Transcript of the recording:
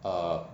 err